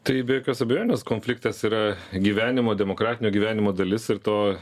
tai be jokios abejonės konfliktas yra gyvenimo demokratinio gyvenimo dalis ir to